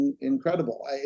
incredible